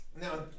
Now